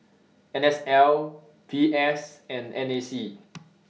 NSL VS and NAC